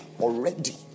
already